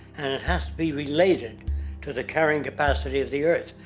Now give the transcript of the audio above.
and it has be related to the carrying capacity of the earth,